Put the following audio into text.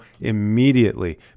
immediately